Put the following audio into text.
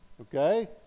okay